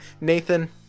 Nathan